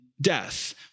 death